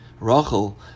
Rachel